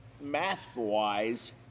math-wise